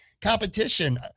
competition